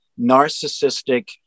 narcissistic